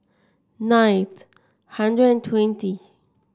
nine hundred twenty